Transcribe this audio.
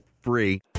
free